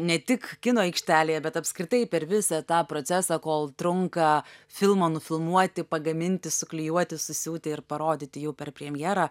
ne tik kino aikštelėje bet apskritai per visą tą procesą kol trunka filmo nufilmuoti pagaminti suklijuoti susiūti ir parodyti jau per premjerą